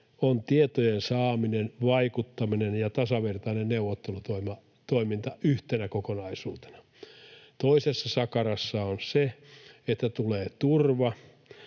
on tietojen saaminen, vaikuttaminen ja tasavertainen neuvottelutoiminta yhtenä kokonaisuutena. Toisessa sakarassa on se, että tulee turva,